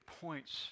points